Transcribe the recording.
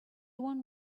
one